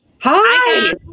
hi